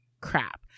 crap